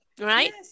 right